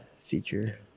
feature